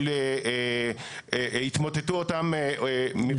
יתמוטטו אותם מבנים.